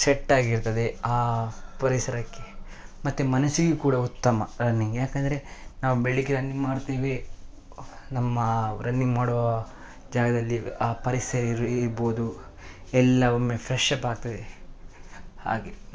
ಸೆಟ್ಟಾಗಿರ್ತದೆ ಆ ಪರಿಸರಕ್ಕೆ ಮತ್ತೆ ಮನಸ್ಸಿಗೆ ಕೂಡ ಉತ್ತಮ ರನ್ನಿಂಗ್ ಯಾಕೆಂದ್ರೆ ನಾವು ಬೆಳಿಗ್ಗೆ ರನ್ನಿಂಗ್ ಮಾಡ್ತೇವೆ ನಮ್ಮ ರನ್ನಿಂಗ್ ಮಾಡುವ ಜಾಗದಲ್ಲಿ ಆ ಪರಿಸರ ಇರು ಇರ್ಬೋದು ಎಲ್ಲ ಒಮ್ಮೆ ಫ್ರೆಶ್ಶಪ್ ಆಗ್ತದೆ ಹಾಗೆ